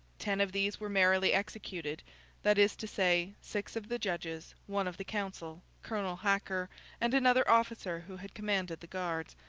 ten of these were merrily executed that is to say, six of the judges, one of the council, colonel hacker and another officer who had commanded the guards,